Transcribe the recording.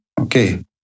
Okay